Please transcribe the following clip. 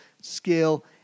skill